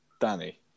Danny